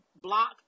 block